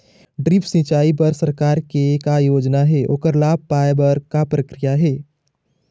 Drip सिचाई बर सरकार के का योजना हे ओकर लाभ पाय बर का प्रक्रिया हे?